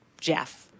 Jeff